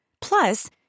Plus